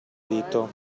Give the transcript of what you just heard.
dito